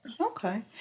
Okay